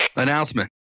announcement